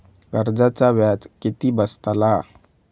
कर्जाचा व्याज किती बसतला?